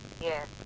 Yes